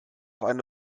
eine